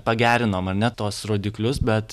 pagerinom ar ne tuos rodiklius bet